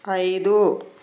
ఐదు